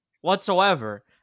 whatsoever